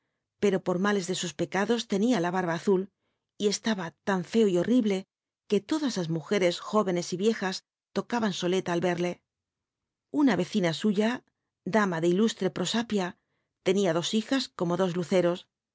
pero por males th í us pc atlos tenia la barbu awl c ta hn lan reo y horrible que todas las mujeres jóvenes y riejas tocaban soleta al verle una vecina suya dama de ilustre prosapin tenia do hijas como dos lucero